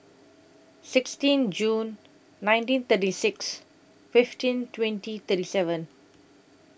sixteen June nineteen thirty six fifteen twenty thirty seven